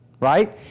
right